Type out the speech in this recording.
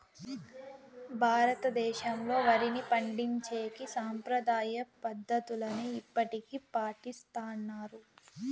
భారతదేశంలో, వరిని పండించేకి సాంప్రదాయ పద్ధతులనే ఇప్పటికీ పాటిస్తన్నారు